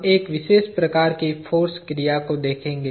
हम एक विशेष प्रकार की फाॅर्स क्रिया को देखेंगे